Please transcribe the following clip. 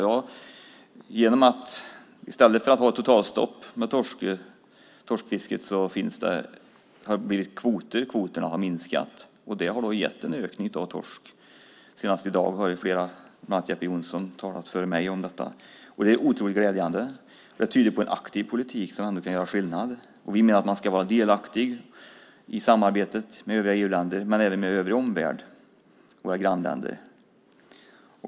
Ja, i stället för att ha totalstopp på torskfisket har det blivit kvoter. Kvoterna har minskat, och det har gett en ökning av torsk. Senast i dag har flera här, bland andra Jeppe Johnsson, talat före mig om detta. Det är otroligt glädjande och tyder på en aktiv politik som kan göra skillnad. Vi menar att man ska vara delaktig i samarbetet med övriga EU-länder, men även med den övriga omvärlden och våra grannländer.